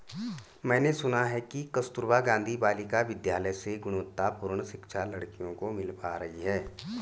मैंने सुना है कि कस्तूरबा गांधी बालिका विद्यालय से गुणवत्तापूर्ण शिक्षा लड़कियों को मिल पा रही है